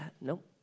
Nope